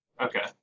okay